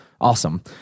awesome